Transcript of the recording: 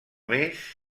més